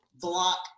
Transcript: block